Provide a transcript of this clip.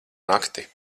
nakti